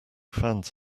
fans